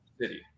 city